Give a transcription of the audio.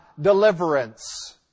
deliverance